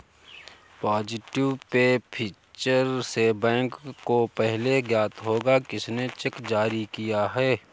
positive pay feature से bank को पहले ज्ञात होगा किसने चेक जारी किया है